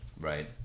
right